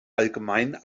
allgemein